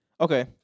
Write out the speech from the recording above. okay